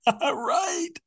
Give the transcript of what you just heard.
Right